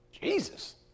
Jesus